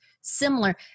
similar